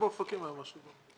הוסכם אתכם שזה ירד.